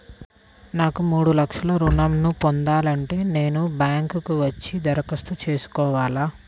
నాకు మూడు లక్షలు ఋణం ను పొందాలంటే నేను బ్యాంక్కి వచ్చి దరఖాస్తు చేసుకోవాలా?